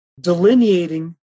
delineating